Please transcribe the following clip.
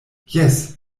jes